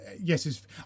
yes